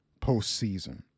postseason